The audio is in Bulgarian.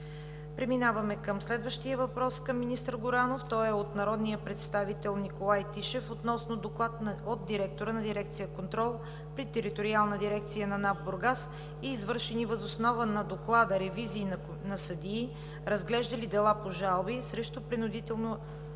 Преминаваме към следващия въпрос към министър Горанов, който е от народния представител Николай Тишев, относно Доклад от директора на Дирекция „Контрол“ при Териториална дирекция на Националната агенция за приходите (НАП) – Бургас, и извършени въз основа на Доклада ревизии на съдии, разглеждали дела по жалби срещу принудителни